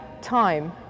time